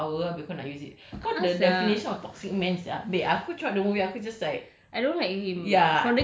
kau just enjoy dia punya power habis kau nak use it the definition of toxic men sia babe aku throughout the movie aku just like